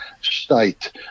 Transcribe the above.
state